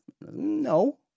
no